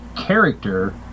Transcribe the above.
character